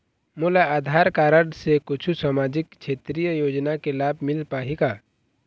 मोला आधार कारड से कुछू सामाजिक क्षेत्रीय योजना के लाभ मिल पाही का?